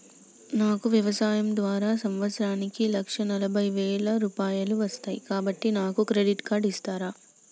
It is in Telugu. నాకు వ్యవసాయం ద్వారా సంవత్సరానికి లక్ష నలభై వేల రూపాయలు వస్తయ్, కాబట్టి నాకు క్రెడిట్ కార్డ్ ఇస్తరా?